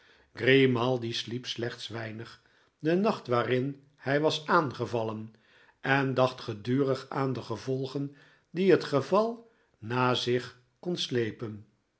grimaldi sliep slechts weinig den nacht waarin hij was aangevallen en dacht gedurig aan de gevolgen die het geval na zich kon slepen